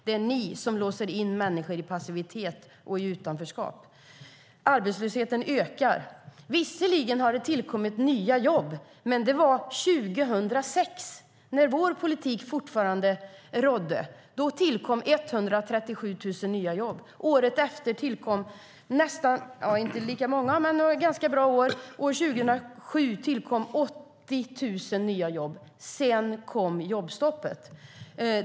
Det är ni som låser in människor i passivitet och i utanförskap. Arbetslösheten ökar. Visserligen har det tillkommit nya jobb, men det var 2006 när vår politik fortfarande rådde. Då tillkom 137 000 nya jobb. Året efter tillkom inte lika många, men det var ett ganska bra år. År 2007 tillkom 80 000 nya jobb. Sedan kom jobbstoppet.